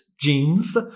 jeans